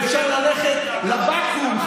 ואפשר ללכת לבקו"ם,